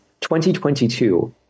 2022